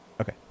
Okay